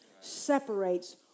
separates